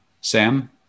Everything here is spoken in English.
Sam